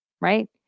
right